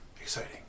exciting